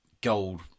gold